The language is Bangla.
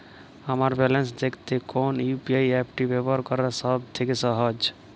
আমার ব্যালান্স দেখতে কোন ইউ.পি.আই অ্যাপটি ব্যবহার করা সব থেকে সহজ?